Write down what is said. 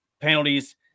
Penalties